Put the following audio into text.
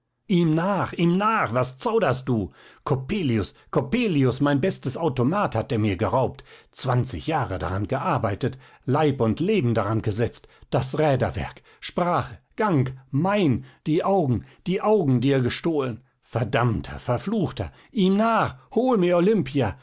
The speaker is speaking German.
ihm nach ihm nach was zauderst du coppelius coppelius mein bestes automat hat er mir geraubt zwanzig jahre daran gearbeitet leib und leben daran gesetzt das räderwerk sprache gang mein die augen die augen dir gestohlen verdammter verfluchter ihm nach hol mir olimpia